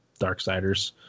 Darksiders